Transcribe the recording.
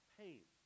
pain